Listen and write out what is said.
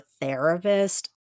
therapist